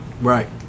Right